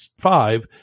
five